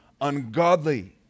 ungodly